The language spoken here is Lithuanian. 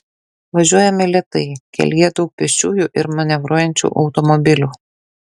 važiuojame lėtai kelyje daug pėsčiųjų ir manevruojančių automobilių